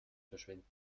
verschwinden